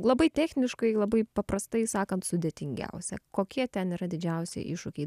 labai techniškai labai paprastai sakant sudėtingiausia kokie ten yra didžiausi iššūkiai